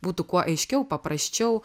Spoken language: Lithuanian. būtų kuo aiškiau paprasčiau